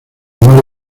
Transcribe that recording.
mar